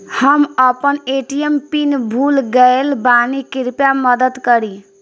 हम अपन ATM pin भूल गएल बानी, कृपया मदद करीं